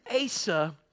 Asa